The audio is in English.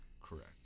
correct